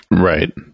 Right